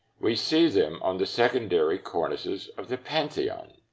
we see them on the secondary cornices of the pantheon.